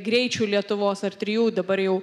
greičių lietuvos ar trijų dabar jau